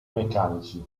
meccanici